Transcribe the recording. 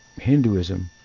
Hinduism